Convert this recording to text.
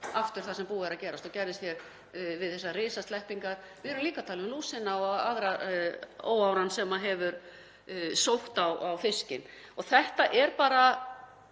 aftur það sem búið er að gerast og gerðist við þessar sleppingar. Við erum líka að tala um lúsina og aðra óáran sem hefur sótt á fiskinn. Þetta er bara